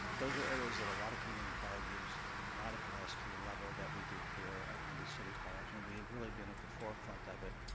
those are areas that a lot of community colleges do not address to the level that we do here at long beach city college and we have really been at the forefront of it,